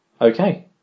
Okay